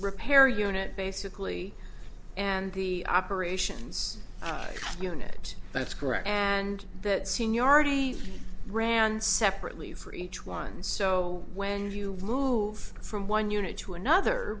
repair unit basically and the operations unit that's correct and that seniority ran separately for each one so when you move from one unit to another